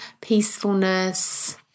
peacefulness